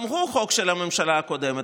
גם הוא חוק של הממשלה הקודמת.